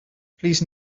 please